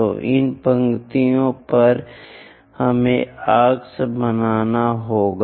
तो इन पंक्तियों पर हमें आर्क्स बनाना होगा